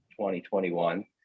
2021